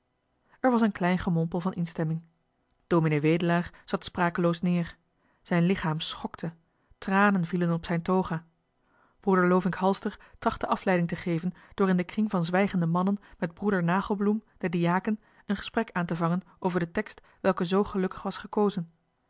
er was een klein gemompel van instemming ds wedelaar zat sprakeloos neer zijn lichaam schokte tranen vielen op zijn toga broeder lovink halster trachtte afleiding te geven door in den kring van zwijgende mannen met broeder nagelbloem den diaken een gesprek aan te vangen over den tekst welke zoo gelukkig was gekozen